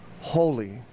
holy